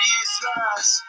useless